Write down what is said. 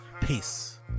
Peace